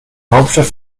hauptstadt